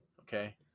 Okay